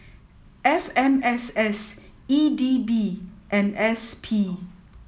F M S S E D B and S P